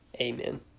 Amen